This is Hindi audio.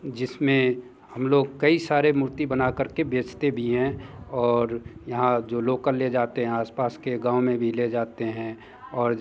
जिस में हम लोग कई सारी मूर्ति बना कर के बेचते भी हैं और यहाँ जो लोकल ले जाते हैं आस पास के गाँव में भी ले जाते हैं और